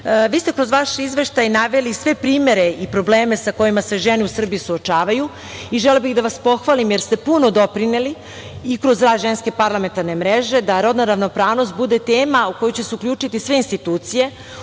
ste kroz vaš izveštaj naveli sve primere i probleme sa kojima se žene u Srbiji suočavaju i želela bih da vas pohvalim jer ste puno doprineli i kroz rad parlamentarne mreže da rodna ravnopravnost bude tema u koju će se uključiti sve institucije.